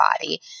body